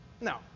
No